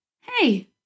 hey